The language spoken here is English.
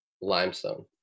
Limestone